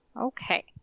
okay